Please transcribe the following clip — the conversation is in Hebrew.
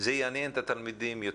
זה יעניין את התלמידים -- מאוד.